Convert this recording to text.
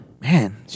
Man